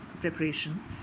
preparation